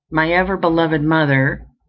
my ever beloved mother,